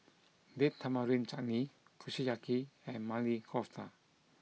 Date Tamarind Chutney Kushiyaki and Maili Kofta